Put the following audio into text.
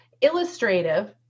illustrative